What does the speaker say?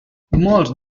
molts